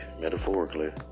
metaphorically